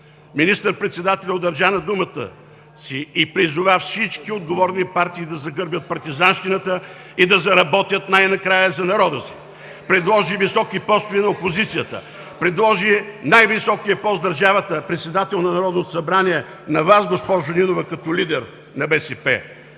Министър-председателят удържа на думата си и призова всички отговорни партии да загърбят партизанщината и да заработят най-накрая за народа си. Предложи високи постове на опозицията, предложи най-високия пост в държавата – председател на Народното събрание, на Вас, госпожо Нинова, като лидер на БСП.